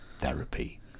therapy